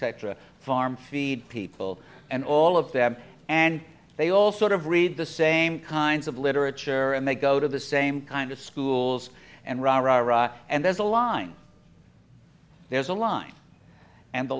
extra farm feed people and all of them and they all sort of read the same kinds of literature and they go to the same kind of schools and rah rah rah and there's a line there's a line and the